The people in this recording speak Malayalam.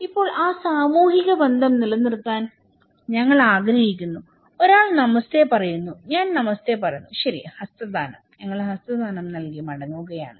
ഇപ്പോൾ ആ സാമൂഹിക ബന്ധം നിലനിർത്താൻ ഞങ്ങൾ ആഗ്രഹിക്കുന്നുഒരാൾ നമസ്തേ പറയുന്നു ഞാൻ നമസ്തേ പറയുന്നു ശരി ഹസ്തദാനം ഞങ്ങൾ ഹസ്തദാനം നൽകി മടങ്ങുകയാണ്